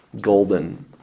golden